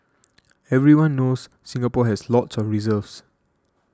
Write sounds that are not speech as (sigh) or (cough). (noise) everyone knows Singapore has lots of reserves